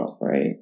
right